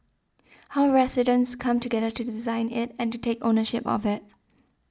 how residents come together to design it and to take ownership of it